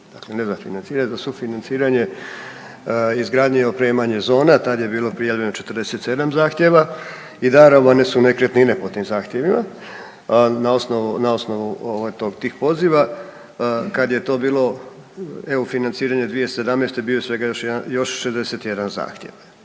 dakle ne za financiranje za sufinanciranje izgradnje i opremanje zona. Tad je bilo prijavljeno 47 zahtjeva i darovane su nekretnine po tim zahtjevima na osnovu, na osnovu ovaj tih poziva. Kad je to bilo EU financiranje 2017. bio je svega još 61 zahtjev.